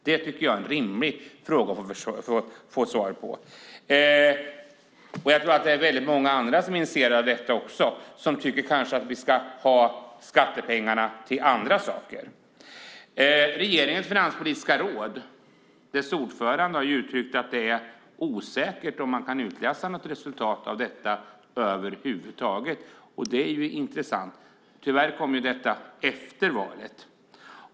Jag tycker att det är rimligt att få ett svar på den frågan. Det är nog väldigt många andra som också initierar frågan och som kanske tycker att vi ska använda skattepengarna till annat. Ordföranden i regeringens finanspolitiska råd har uttryckt att det är osäkert om det över huvud taget går att utläsa något resultat av detta. Det är intressant. Tyvärr kom det efter valet.